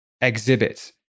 exhibit